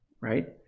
right